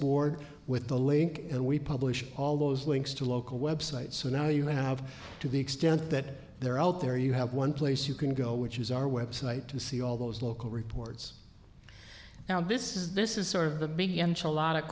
board with the link and we publish all those links to local websites so now you have to the extent that they're out there you have one place you can go which is our website to see all those local reports now this is this is sort of